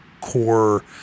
core